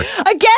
Again